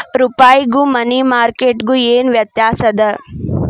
ರೂಪಾಯ್ಗು money market ಗು ಏನ್ ವ್ಯತ್ಯಾಸದ